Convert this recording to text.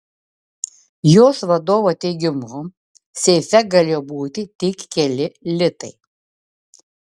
jos vadovo teigimu seife galėjo būti tik keli litai